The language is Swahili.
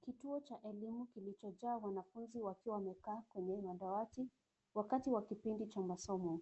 Kituo cha elimu kilichojaa wanafunzi wakiwa wamekaa kwenye madawati wakati wa kipindi cha masomo.